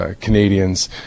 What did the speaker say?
canadians